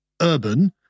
urban